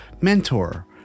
mentor